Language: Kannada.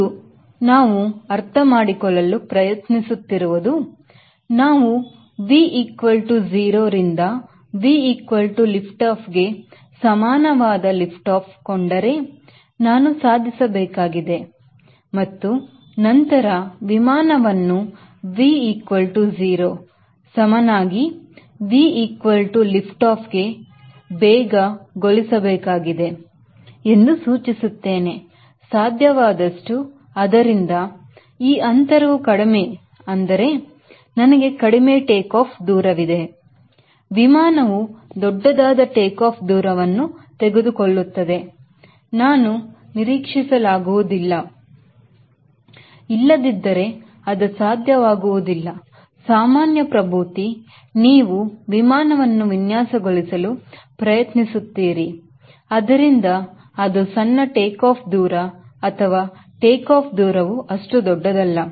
ಇಂದು ನಾವು ಅರ್ಥಮಾಡಿಕೊಳ್ಳಲು ಪ್ರಯತ್ನಿಸುತ್ತಿರುವುದು ನಾವು V0 ರಿಂದ V lift off ಗೆ ಸಮಾನವಾದ lift off ಕೊಂಡರೆ ನಾನು ಸಾಧಿಸಬೇಕಾಗಿದೆ ಮತ್ತು ನಂತರ ನಾವು ವಿಮಾನವನ್ನು V0 ಸಮನಾಗಿ V lift off ಗೆ ಬೇಗ ಗೊಳಿಸಬೇಕಾಗಿದೆ ಎಂದು ಸೂಚಿಸುತ್ತೇನೆ ಸಾಧ್ಯವಾದಷ್ಟು ಅದರಿಂದ ಈ ಅಂತರವು ಕಡಿಮೆ ಅಂದರೆ ನನಗೆ ಕಡಿಮೆ ಟೇಕಾಫ್ ದೂರವಿದೆ ವಿಮಾನವು ದೊಡ್ಡದಾದ ಟೇಕಾಫ್ ದೂರವನ್ನು ತೆಗೆದುಕೊಳ್ಳುತ್ತದೆ ಎಂದು ನಾನು ನಿರೀಕ್ಷಿಸಲಾಗುವುದಿಲ್ಲ ಇಲ್ಲದಿದ್ದರೆ ಅದು ಸಾಧ್ಯವಾಗುವುದಿಲ್ಲ ಸಾಮಾನ್ಯ ಪ್ರಭೂತಿ ನೀವು ವಿಮಾನವನ್ನು ವಿನ್ಯಾಸಗೊಳಿಸಲು ಪ್ರಯತ್ನಿಸುತ್ತೀರಿ ಅದರಿಂದ ಅದು ಸಣ್ಣ ಟೇಕಾಫ್ ದೂರ ಅಥವಾ ಟೇಕಾಫ್ ದೂರವು ಅಷ್ಟು ದೊಡ್ಡದಲ್ಲ